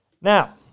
Now